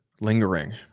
lingering